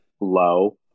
low